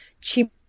cheap